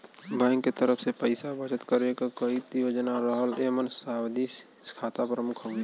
bank के तरफ से पइसा बचत करे क कई योजना रहला एमन सावधि खाता प्रमुख हउवे